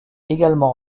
également